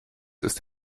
ist